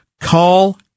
Call